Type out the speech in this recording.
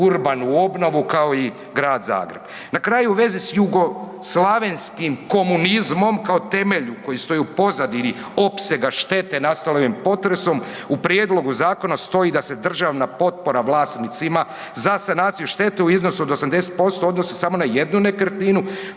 urbanu obnovu kao i Grad Zagreb. Na kraju u vezi s jugoslavenskim komunizmom kao temelju koji stoji u pozadini opsega štete nastale ovim potresom u prijedlogu zakona stoji da se državna potpora vlasnicima za sanaciju štete u iznosu od 80% odnosi samo na jednu nekretninu